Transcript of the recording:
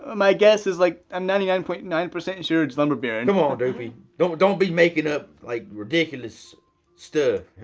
ah my guess, like i'm ninety nine point nine percent sure it's lumber baron. come on doopey, don't don't be making up like ridiculous stuff.